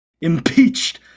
impeached